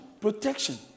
protection